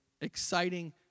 exciting